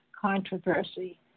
controversy